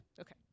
Okay